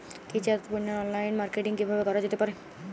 কৃষিজাত পণ্যের online marketing কিভাবে করা যেতে পারে?